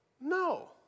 No